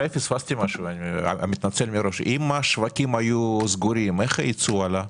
אולי פספסתי משהו: אם השווקים היו סגורים איך הייצוא עלה?